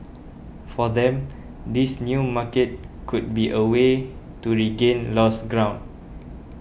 for them this new market could be a way to regain lost ground